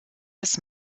des